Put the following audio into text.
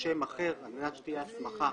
לשם אחר על מנת שתהיה הסמכה